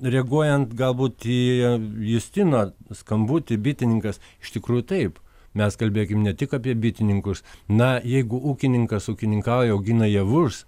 reaguojant galbūt į justino skambutį bitininkas iš tikrųjų taip mes kalbėkim ne tik apie bitininkus na jeigu ūkininkas ūkininkauja augina javus